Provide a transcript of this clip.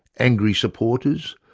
angry supporters,